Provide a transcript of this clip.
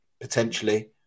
potentially